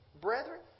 brethren